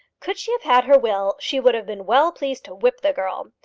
could she have had her will, she would have been well pleased to whip the girl!